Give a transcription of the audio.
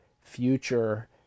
future